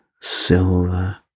silver